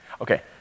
Okay